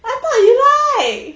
I thought you like